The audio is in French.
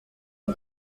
est